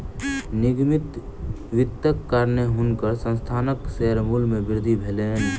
निगमित वित्तक कारणेँ हुनकर संस्थानक शेयर मूल्य मे वृद्धि भेलैन